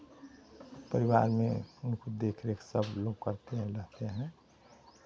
परिवार में उनको देखरेख सब लोग करते हैं रहते हैं